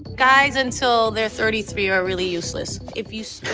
guys, until they're thirty three, are really useless. if you.